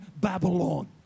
Babylon